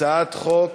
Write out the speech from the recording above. הצעת חוק